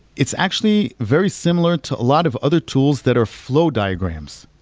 it's actually very similar to a lot of other tools that are flow diagrams.